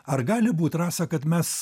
ar gali būt rasa kad mes